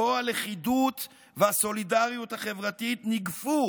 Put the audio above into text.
שבו הלכידות והסולידריות החברתית ניגפו